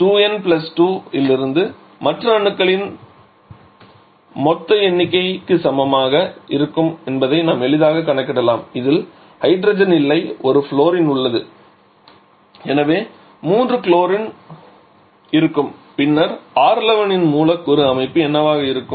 2n 2 இலிருந்து மற்ற அணுக்களின் மொத்த எண்ணிக்கை 4 க்கு சமமாக இருக்கும் என்பதை நாம் எளிதாகக் கணக்கிடலாம் இதில் ஹைட்ரஜன் இல்லை ஒரு ஃப்ளோரின் உள்ளது எனவே 3 குளோரின் இருக்கும் பின்னர் R11 இன் மூலக்கூறு அமைப்பு என்னவாக இருக்கும்